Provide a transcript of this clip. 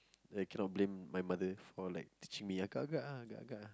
I cannot blame my mother for like teaching me agak-agak ah agak-agak